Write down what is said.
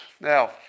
Now